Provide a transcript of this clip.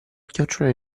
chiocciola